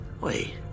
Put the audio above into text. Wait